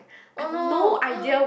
oh no